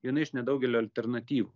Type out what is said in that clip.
viena iš nedaugelio alternatyvų